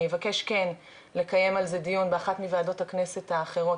אני אבקש כן לקיים על זה דיון באחת מוועדות הכנסת האחרות,